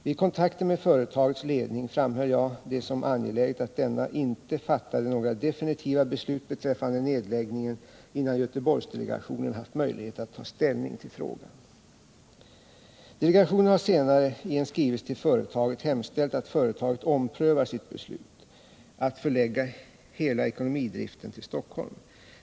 Vid kontakter med företagets ledning framhöll jag det som angeläget att denna inte fattade några definitiva beslut beträffande nedläggningen innan Göteborgsdelegationen haft möjlighet att ta ställning till frågan. Delegationen har senare i en skrivelse till företaget hemställt att företaget omprövar sitt beslut att förlägga hela ekonomidriften till Stockholm.